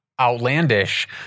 outlandish